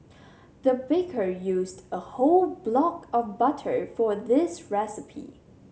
the baker used a whole block of butter for this recipe